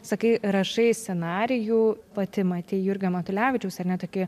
sakei rašai scenarijų pati matei jurgio matulevičiaus ar ne toki